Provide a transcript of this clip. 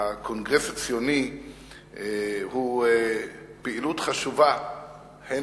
הקונגרס הציוני הוא פעילות חשובה הן